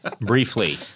briefly